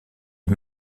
les